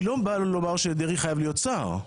אני לא בא לומר שדרעי חייב להיות שר,